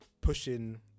pushing